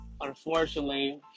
unfortunately